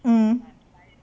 mm